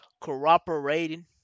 Cooperating